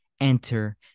enter